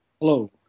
Hello